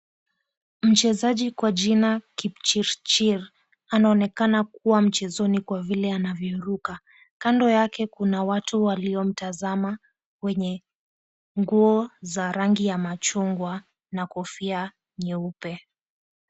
Mchezaji kwa jina, Kipchirchir, anaonekana kuwa mchezoni kwa vile anavyoruka. Kando yake kuna watu waliomtazama wenye nguo za rangi ya machungwa na kofia nyeupe.